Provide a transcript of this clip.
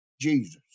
Jesus